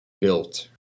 built